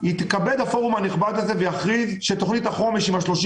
שיתכבד הפורום הנכבד הזה ויכריז שתוכנית החומש עם ה-30